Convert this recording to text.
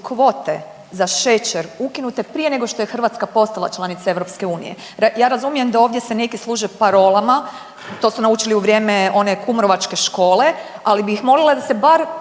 kvote za šećer ukinute prije nego što je Hrvatska postala članica EU. Ja razumijem da ovdje se neki služe parolama, to su naučili u vrijeme one kumrovečke škole, ali bih molila da se bar